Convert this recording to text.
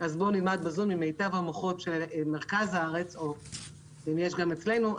אז בואו נלמד בזום עם מיטב המוחות של מרכז הארץ ואם יש גם אצלנו,